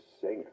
singer